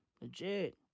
Legit